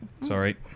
Sorry